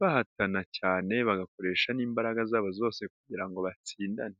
bahatana cyane bagakoresha n'imbaraga zabo zose kugira ngo batsindane.